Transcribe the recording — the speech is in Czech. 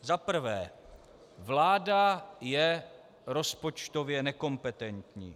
Za prvé, vláda je rozpočtově nekompetentní.